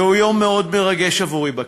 זהו יום מאוד מרגש עבורי בכנסת.